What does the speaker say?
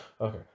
Okay